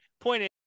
point